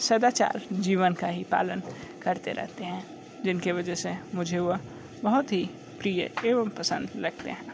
सदाचार जीवन का ही पालन करते रहते हैं जिनके वजह से मुझे वह बहुत ही प्रिय एवं पसंद लगते हैं